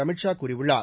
அமித் ஷா கூறியுள்ளார்